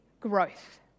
growth